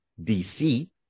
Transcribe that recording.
DC